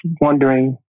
wondering